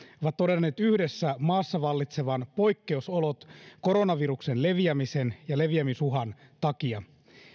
ovat todenneet yhdessä maassa vallitsevan poikkeusolot koronaviruksen leviämisen ja leviämisuhan takia